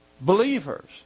believers